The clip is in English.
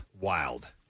Wild